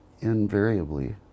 Invariably